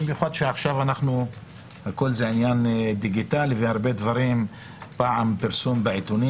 במיוחד שעכשיו הכל דיגיטלי והרבה דברים פעם פורסמו בעיתונים